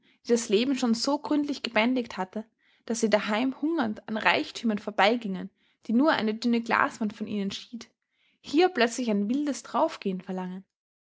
die das leben schon so gründlich gebändigt hatte daß sie daheim hungernd an reichtümern vorbeigingen die nur eine dünne glaswand von ihnen schied hier plötzlich ein wildes draufgehen verlangen